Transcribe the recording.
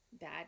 bad